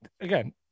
again